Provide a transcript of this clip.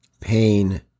pain